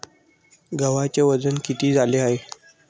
गव्हाचे वजन किती झाले आहे?